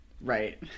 Right